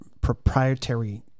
proprietary